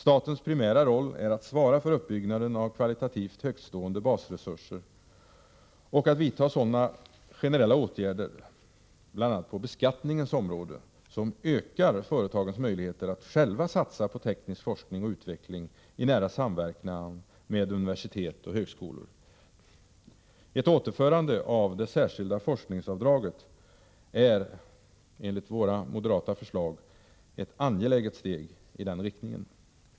Statens primära roll är att svara för uppbyggnaden av kvalitativt högtstående basresurser och att vidta sådana generella åtgärder, bl.a. på beskattningens område, som ökar företagens möjligheter att själva satsa på teknisk forskning och utveckling i nära samverkan med universitet och högskolor. Ett återinförande av det särskilda forskningsavdraget är, enligt våra moderata förslag, ett angeläget steg i denna riktning.